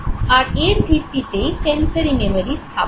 আর এর ভিত্তিতেই সেন্সরি মেমোরির স্থাপনা